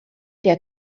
der